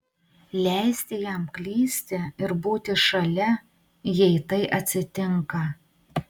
leisti jam klysti ir būti šalia jei tai atsitinka